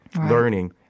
learning